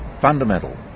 fundamental